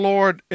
Lord